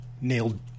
nailed